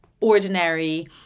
ordinary